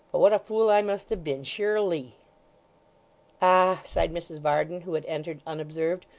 but what a fool i must have been, sure-ly ah! sighed mrs varden, who had entered unobserved.